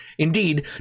Indeed